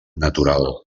natural